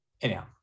Anyhow